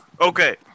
Okay